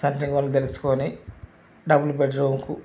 centring వాళ్ళను తెలుసుకొని double బెడ్రూముకు